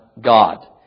God